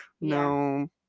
No